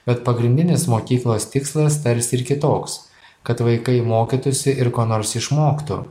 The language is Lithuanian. bet pagrindinis mokyklos tikslas tarsi ir kitoks kad vaikai mokytųsi ir ko nors išmoktų